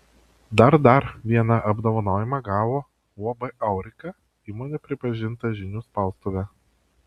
dar dar vieną apdovanojimą gavo uab aurika įmonė pripažinta žinių spaustuve